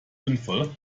sinnvoll